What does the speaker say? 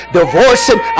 divorcing